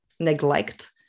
neglect